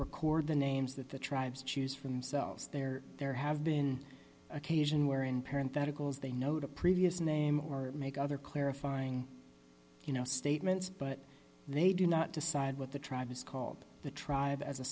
record the names that the tribes choose for themselves there there have been occasion where in parent festivals they note a previous name or make other clarifying you know statements but they do not decide what the tribe is called the tribe as a